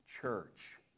church